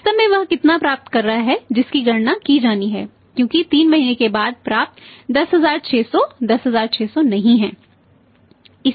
वास्तव में वह कितना प्राप्त कर रहा है जिसकी गणना की जानी है क्योंकि 3 महीने के बाद प्राप्त 10600 10600 नहीं है